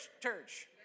church